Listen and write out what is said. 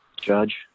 judge